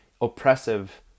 oppressive